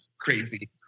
crazy